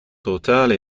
totale